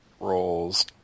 roles